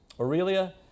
Aurelia